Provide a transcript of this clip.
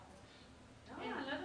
חוק ממשלתית על תשלום דמי לידה לנשים